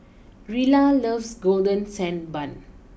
Rilla loves Golden Sand Bun